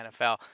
NFL